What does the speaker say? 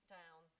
down